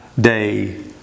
day